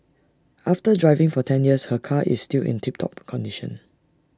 after driving for ten years her car is still in tip top condition